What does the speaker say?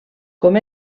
com